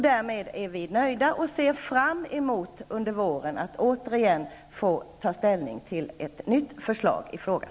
Därmed är vi nöjda och ser fram emot att till våren få ta ställning till ett nytt förslag i frågan.